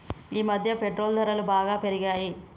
ఈమధ్య పెట్రోల్ ధరలు బాగా పెరిగాయి